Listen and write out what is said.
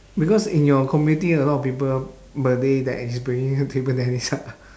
because in your community a lot of people malay that is playing table tennis ah